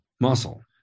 muscle